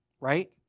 right